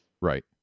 Right